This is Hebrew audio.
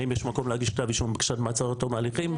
האם יש מקום להגיש כתב אישום בקשת מעצר עד תום ההליכים,